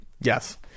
yes